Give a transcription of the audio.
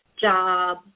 job